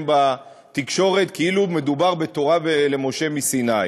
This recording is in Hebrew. בתקשורת כאילו מדובר בתורה למשה מסיני.